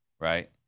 right